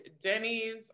Denny's